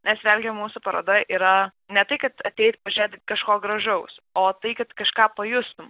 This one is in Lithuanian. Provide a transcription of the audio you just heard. nes vėlgi mūsų paroda yra ne tai kad ateit pažiūrėt kažko gražaus o tai kad kažką pajustum